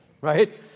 right